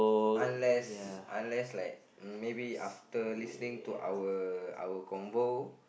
unless unless like maybe after listening to our our convo